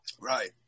Right